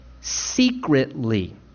Secretly